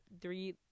three